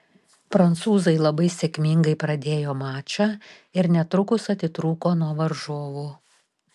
prancūzai labai sėkmingai pradėjo mačą ir netrukus atitrūko nuo varžovų